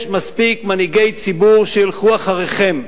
יש מספיק מנהיגי ציבור שילכו אחריכם.